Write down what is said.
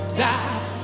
die